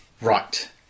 Right